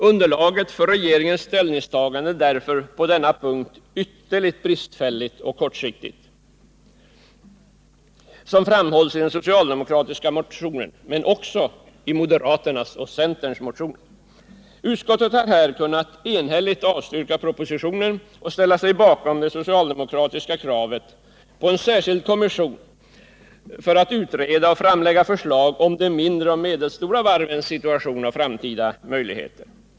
Underlaget för regeringens ställningstagande är därför på denna punkt ytterligt bristfälligt och kortsiktigt, som framhålls i den socialdemokratiska partimotionen men också i moderaternas och centerns motioner. Utskottet har här kunnat enhälligt avstyrka propositionen och ställa sig bakom det socialdemokratiska kravet på en särskild kommission för att utreda och framlägga förslag om de mindre och medelstora varvens situation och framtida möjligheter.